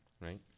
right